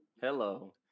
Hello